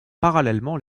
parallèlement